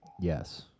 Yes